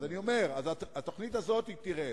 אז אני אומר: התוכנית הזאת תרד.